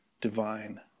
divine